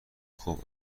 خوب